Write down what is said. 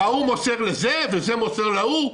וההוא מוסר לזה, וזה מוסר להוא,